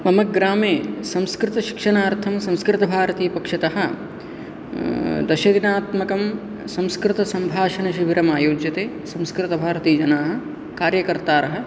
मम ग्रामे संस्कृतशिक्षणार्थं संस्कृतभारतीपक्षतः दशदिनात्मकं संस्कृतसम्भाषणशिबिरम् आयोज्यते संस्कृतभारतीजनाः कार्यकर्तारः